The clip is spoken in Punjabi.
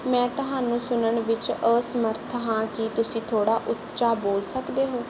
ਮੈਂ ਤੁਹਾਨੂੰ ਸੁਣਨ ਵਿੱਚ ਅਸਮਰੱਥ ਹਾਂ ਕੀ ਤੁਸੀਂ ਥੋੜ੍ਹਾ ਉੱਚਾ ਬੋਲ ਸਕਦੇ ਹੋ